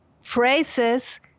phrases